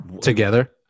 together